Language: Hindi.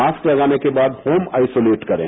माक्स लगाने के बाद होम आईसुलीट करें